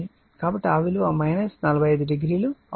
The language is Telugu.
కాబట్టి ఆ విలువ 45 డిగ్రీలు అవుతుంది